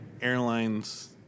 airlines